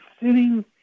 sitting